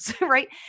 Right